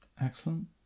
excellent